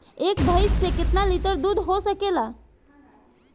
एक भइस से कितना लिटर दूध हो सकेला?